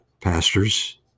pastors